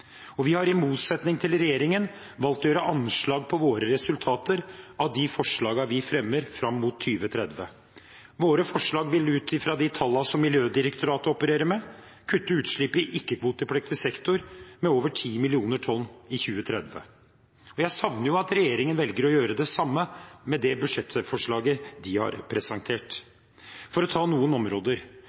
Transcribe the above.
til. Vi har i motsetning til regjeringen valgt å gjøre anslag på resultatet av de forslagene vi fremmer fram mot 2030. Våre forslag vil ut fra de tallene som Miljødirektoratet opererer med, kutte utslipp i ikke-kvotepliktig sektor med over ti millioner tonn i 2030. Jeg savner jo at regjeringen velger å gjøre det samme med det budsjettforslaget de har presentert. For å ta noen områder: